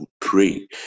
pray